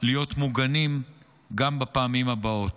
להיות מוגנים גם בפעמים הבאות.